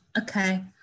Okay